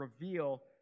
reveal